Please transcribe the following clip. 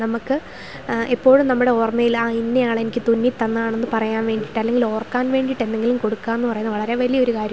നമ്മൾക്ക് എപ്പോഴും നമ്മുടെ ഓർമ്മയിൽ ആ ഇന്നയാൾ എനിക്ക് തുന്നി തന്നാതാണെന്ന് പറയാൻ വേണ്ടിയിട്ട് അല്ലെങ്കിൽ ഓർക്കാൻ വേണ്ടിയിട്ട് എന്തെങ്കിലും കൊടുക്കാം എന്നു പറയുന്നത് വളരെ വലിയ ഒരു കാര്യമാണ്